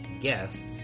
guests